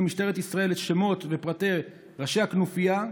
משטרת ישראל את השמות והפרטים של ראשי הכנופיה,